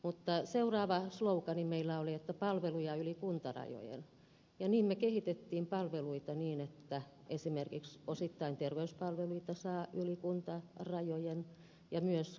mutta seuraava slogaani meillä oli että palveluja yli kuntarajojen ja niin me kehitimme palveluita niin että esimerkiksi osittain terveyspalveluita saa yli kuntarajojen ja myös kirjastopalveluita